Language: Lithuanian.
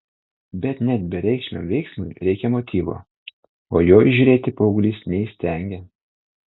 bet net bereikšmiam veiksmui reikia motyvo o jo įžiūrėti paauglys neįstengė